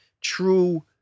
true